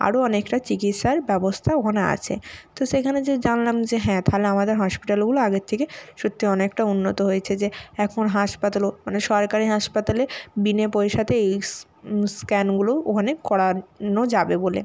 আরও অনেকটা চিকিৎসার ব্যবস্থা ওখানে আছে তো সেখানে যেয়ে জানলাম যে হ্যাঁ তাহলে আমাদের হসপিটালগুলো আগের থেকে সত্যি অনেকটা উন্নত হয়েছে যে এখন হাসপাতালও মানে সরকারি হাসপাতালে বিনে পয়সাতে এইস স্ক্যানগুলো ওখানে করানো যাবে বলে